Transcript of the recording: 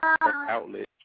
outlet